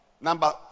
Number